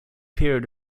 period